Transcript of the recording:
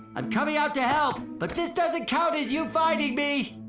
i'm coming out to help! but this doesn't count as you finding me!